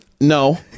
No